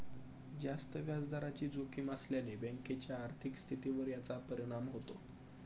जास्त व्याजदराची जोखीम असल्याने बँकेच्या आर्थिक स्थितीवर याचा परिणाम होतो